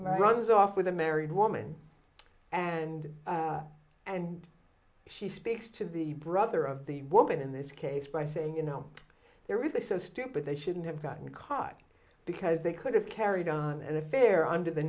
runs off with a married woman and and she speaks to the brother of the woman in this case by saying you know there was a so stupid they shouldn't have gotten caught because they could have carried on an affair under the